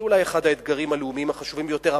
זה אולי אחד האתגרים הלאומיים החשובים ביותר.